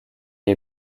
est